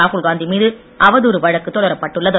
ராகுல் காந்தி மீது அவதூறு வழக்கு தொடரப்பட்டுள்ளது